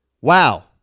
Wow